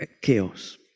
Chaos